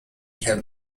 have